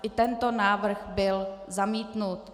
I tento návrh byl zamítnut.